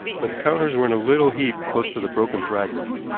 for the counters were in a little heap close to the broken fragments.